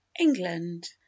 England